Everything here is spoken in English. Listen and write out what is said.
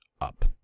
up